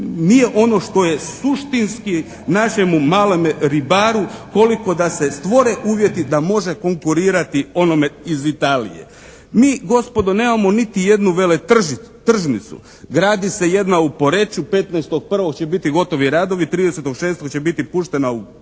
nije ono što je suštinski našemu malome ribaru koliko da se stvore uvjeti da može konkurirati onome iz Italije. Mi gospodo nemamo niti jednu veletržnicu. Gradi se jedna u Poreču. 15.1. će biti gotovi radovi. 30.6. će biti puštena u pogon.